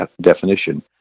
definition